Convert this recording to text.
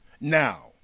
Now